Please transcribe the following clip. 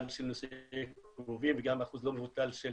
של נישואי קרובים וגם אחוז לא מבוטל של